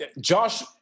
Josh